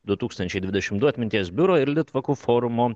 du tūkstančiai dvidešim du atminties biuro ir litvakų forumo